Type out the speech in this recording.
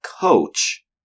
coach